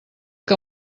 que